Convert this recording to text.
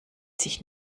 sich